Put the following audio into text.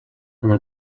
она